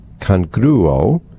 congruo